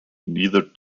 neither